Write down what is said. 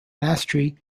mastery